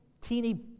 teeny